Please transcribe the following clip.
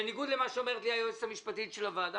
בניגוד למה שאומרת לי היועצת המשפטית של הוועדה?